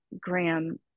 Graham